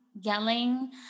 yelling